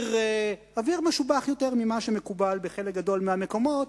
אוויר משובח יותר ממה שמקובל בחלק גדול מהמקומות,